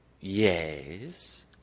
Yes